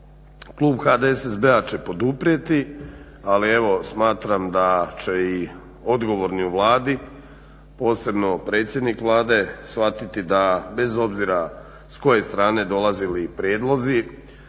klub HDSSB-a će poduprijeti, ali evo smatram da će i odgovorni u Vladi, posebno predsjednik Vlade, shvatiti da bez obzira s koje strane dolazili prijedlozi